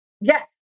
yes